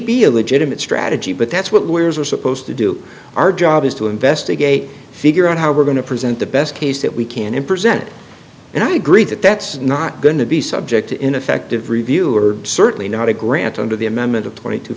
be a legitimate strategy but that's what we are supposed to do our job is to investigate figure out how we're going to present the best case that we can in present and i agree that that's not going to be subject to ineffective review or certainly not a grant under the amendment of twenty t